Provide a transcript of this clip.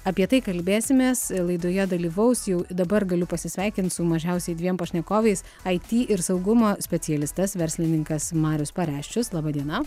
apie tai kalbėsimės aidoje dalyvaus jau dabar galiu pasisveikint su mažiausiai dviem pašnekovais it ir saugumo specialistas verslininkas marius pareščius laba diena